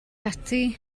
ati